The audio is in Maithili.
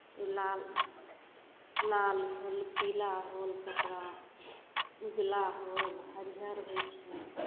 लाल लाल होल पीला होल कपड़ा उजला होल हरियर होइ छै